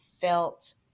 felt